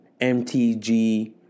MTG